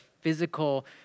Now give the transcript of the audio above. physical